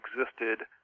existed